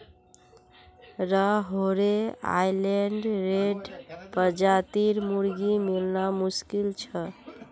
Rhode Island red प्रजातिर मुर्गी मिलना मुश्किल छ